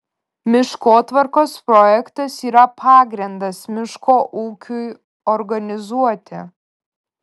miškotvarkos projektas yra pagrindas miško ūkiui organizuoti